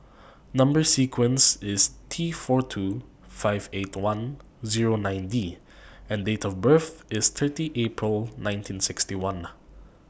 Number sequence IS T four two five eight one Zero nine D and Date of birth IS thirty April nineteen sixty one